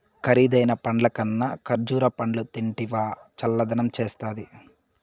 కరీదైన పండ్లకన్నా కర్బూజా పండ్లు తింటివా చల్లదనం చేస్తాది